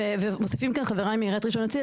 מוסיפים כאן חבריי מעיריית ראשון לציון,